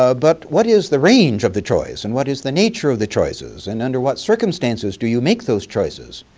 ah but what is the range of the choice and what is the nature of the choices and under what circumstances do you make those choices?